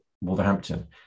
Wolverhampton